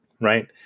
Right